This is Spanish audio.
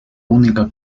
única